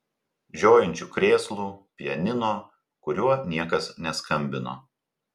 žiojinčių krėslų pianino kuriuo niekas neskambino